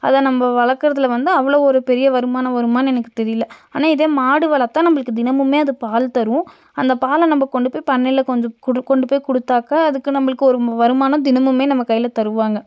அதை நம்ம வளர்க்குறதுல வந்து அவ்வளோ ஒரு பெரிய வருமானம் வருமான்னு எனக்கு தெரியல ஆனால் இதே மாடு வளர்த்தா நம்மளுக்கு தினமுமே அது பால் தரும் அந்த பால்ல நம்ம கொண்டு போய் பண்ணையில் கொஞ்சம் கொடு கொண்டு போய் கொடுத்தாக்கா அதுக்கு நம்மளுக்கு ஒரு வருமானம் தினமுமே நம்ம கையில் தருவாங்கள்